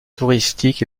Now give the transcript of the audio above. touristiques